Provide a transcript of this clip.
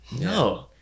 No